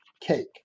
cake